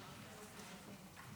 (ש"ס):